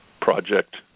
Project